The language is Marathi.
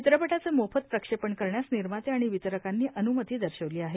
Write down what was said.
चित्रपटाचे मोफत प्रक्षेपण करण्यास निर्माते आणि वितरकांनी अन्मती दर्शविली आहे